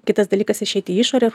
kitas dalykas išeiti į išorę